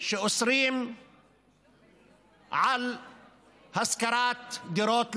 שאוסרים על השכרת דירות לערבים.